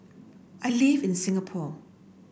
I live in Singapore